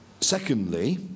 Secondly